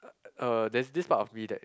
uh there's this part of me that